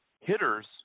hitters